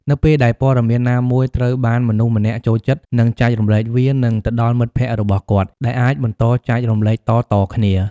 នៅពេលដែលព័ត៌មានណាមួយត្រូវបានមនុស្សម្នាក់ចូលចិត្ត និងចែករំលែក វានឹងទៅដល់មិត្តភក្តិរបស់គាត់ ដែលអាចបន្តចែករំលែកតៗគ្នា។